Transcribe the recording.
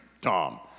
Tom